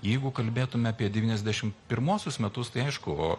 jeigu kalbėtume apie devyniasdešim pirmuosius metus tai aišku